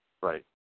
Right